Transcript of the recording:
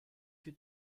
que